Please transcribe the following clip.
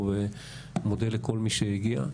אני מודה לכל מי שהגיע.